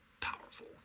powerful